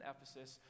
Ephesus